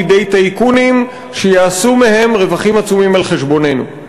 לידי טייקונים שיעשו מהם רווחים עצומים על חשבוננו.